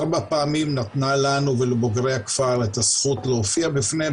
ארבע פעמים נתנה לנו ולבוגרי הכפר את הזכות להופיע בפניהם,